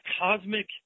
cosmic